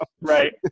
right